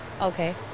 Okay